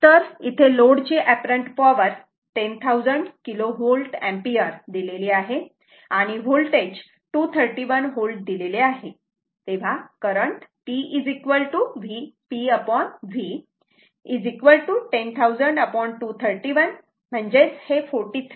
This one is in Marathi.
तर इथे लोडची अँपरन्ट पॉवर 10000 KVA दिलेली आहे आणि होल्टेज 231 V दिलेले आहे तेव्हा करंट P V 10000 231 43